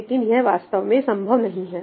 लेकिन यह वास्तव में संभव नहीं है